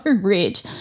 rich